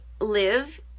live